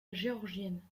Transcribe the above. géorgienne